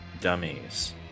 dummies